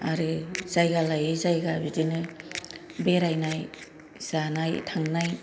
आरो जायगा लायै जायगा बिदिनो बेरायनाय जानाय थांनाय